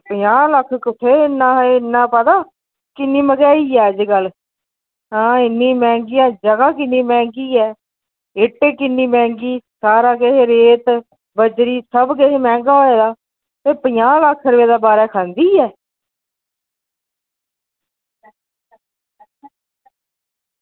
पंजाह्ं लक्ख कुत्थें इन्ना पता किन्नी मैहंगाई ऐ अज्जकल आं इन्नी मैहंगी जगह किन्नी मैहंगी ऐ इट्ट किन्नी मैहंगी सारा किश रेट बजरी सबकिश मैहंगा होए दा ते पंजाह् लक्ख दा बारै खंदी ऐ